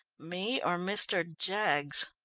me or mr. jaggs?